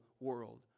world